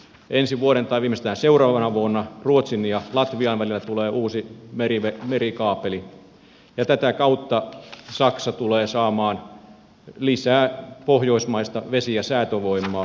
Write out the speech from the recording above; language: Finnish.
ensi vuonna tai viimeistään seuraavana vuonna ruotsin ja latvian välille tulee uusi merikaapeli ja tätä kautta saksa tulee saamaan lisää pohjoismaista vesi ja säätövoimaa